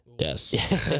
Yes